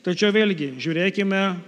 tačiau vėlgi žiūrėkime